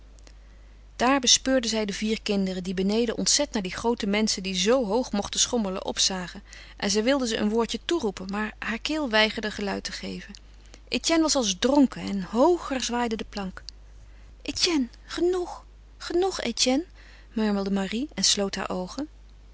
daar bespeurde zij de vier kinderen die beneden ontzet naar die groote menschen die zoo hoog mochten schommelen opzagen en zij wilde ze een woordje toeroepen maar haar keel weigerde geluid te geven etienne was als dronken en hooger zwaaide de plank etienne genoeg genoeg etienne murmelde marie en sloot haar oogen